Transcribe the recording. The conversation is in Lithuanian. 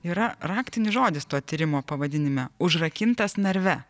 yra raktinis žodis to tyrimo pavadinime užrakintas narve